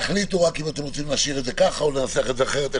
תחליטו אם אתם רוצים להשאיר את זה כך או לנסח אחרת.